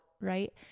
right